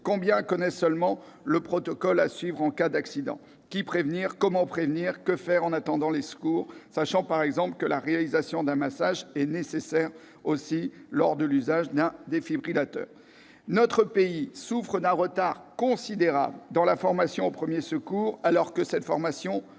Combien connaissent seulement le protocole à suivre en cas d'accident : qui prévenir, comment prévenir, que faire en attendant les secours, sachant par exemple que la réalisation d'un massage cardiaque est nécessaire lors de l'usage d'un défibrillateur ? Notre pays souffre d'un retard considérable dans la formation aux premiers secours alors que cette formation